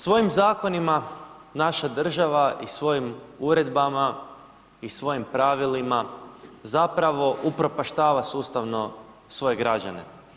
Svojim zakonima naša država i svojim uredbama i svojim pravilima zapravo upropaštava sustavno svoje građane.